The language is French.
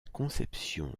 conception